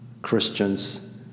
Christians